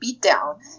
beatdown